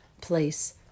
place